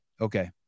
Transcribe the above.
Okay